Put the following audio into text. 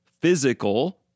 physical